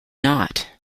not